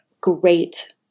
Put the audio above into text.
great